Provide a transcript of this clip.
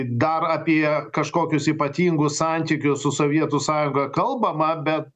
dar apie kažkokius ypatingus santykius su sovietų sąjunga kalbama be